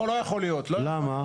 למה?